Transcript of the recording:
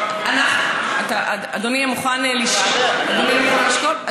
אדוני מוכן לשקול?